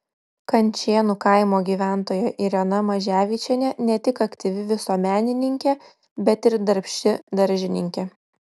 kančėnų kaimo gyventoja irena maževičienė ne tik aktyvi visuomenininkė bet ir darbšti daržininkė